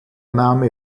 name